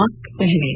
mask पहनें